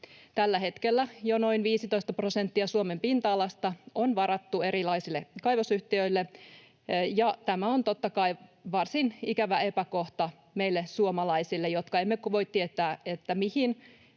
Tällä hetkellä jo noin 15 prosenttia Suomen pinta-alasta on varattu erilaisille kaivosyhtiöille, ja tämä on totta kai varsin ikävä epäkohta meille suomalaisille, jotka emme voi tietää, mihin